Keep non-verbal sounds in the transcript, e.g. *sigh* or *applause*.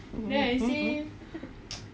mm mm *laughs*